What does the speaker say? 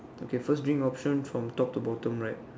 okay first drink option from top to bottom right